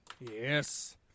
Yes